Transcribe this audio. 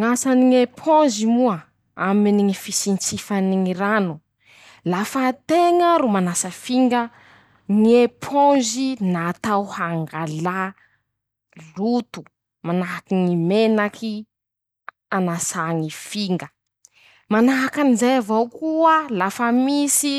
Ñ'asany ñ'eponzy moa aminy ñy fisintsifany ñy rano ;lafa teña ro manasa finga. ñy eponzy natao hangalà loto. manahaky ñy menaky. anasà ñy finga ;manahaky anizay avao koa lafa misy